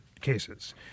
cases